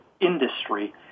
industry